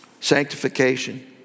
Sanctification